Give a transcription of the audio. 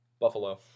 Buffalo